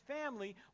family